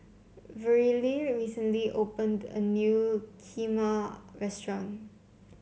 Verlie recently opened a new Kheema restaurant